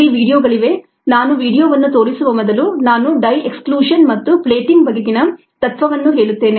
ಇಲ್ಲಿ ವೀಡಿಯೊಗಳಿವೆ ನಾನು ವೀಡಿಯೋವನ್ನು ತೋರಿಸುವ ಮೊದಲು ನಾನು ಡೈ ಎಕ್ಸ್ಕ್ಲೂಷನ್ ಮತ್ತು ಪ್ಲೇಟಿಂಗ್ ಬಗೆಗಿನ ತತ್ವವನ್ನು ಹೇಳುತ್ತೇನೆ